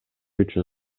үчүн